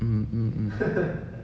mm mm mm